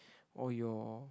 all your